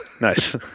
Nice